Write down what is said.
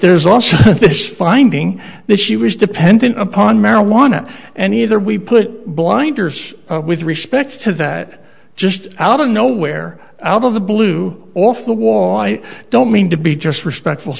there's also this finding that she was dependent upon marijuana and either we put blinders with respect to that just out of nowhere alba blew off the wall i don't mean to be just respectful